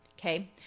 okay